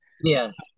Yes